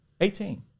Eighteen